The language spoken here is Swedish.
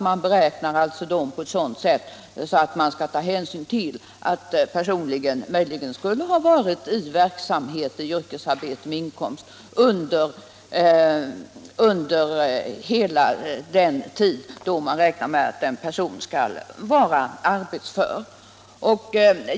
De beräknas ju på ett sådant sätt att man tar hänsyn till att vederbörande möjligen skulle ha kunnat delta i yrkesarbete med inkomst under hela sin arbetsföra tid.